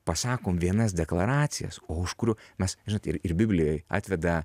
pasakom vienas deklaracijas o už kurių mes žinot ir ir biblijoj atveda